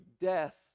death